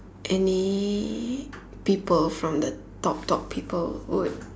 any people from the top top people would